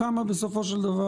כמה בסופו של דבר,